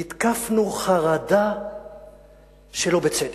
נתקפנו חרדה שלא בצדק.